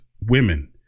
women